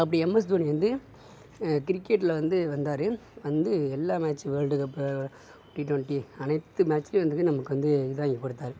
அப்படி M S Dhoni வந்து கிரிக்கெட்டில் வந்து வந்தார் வந்து எல்லா மேட்ச் வேர்ல்ட் கப் டிடொன்டி அனைத்து மேச்லையும் வந்துட்டு நமக்கு வந்து இது வாங்கி கொடுத்தாரு